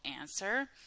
answer